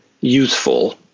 useful